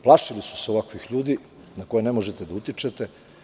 Plašili su se ovakvih ljudi na koje ne možete da utičete.